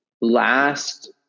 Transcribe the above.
last